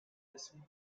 missing